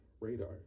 radar